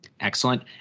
Excellent